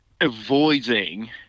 avoiding